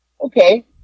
Okay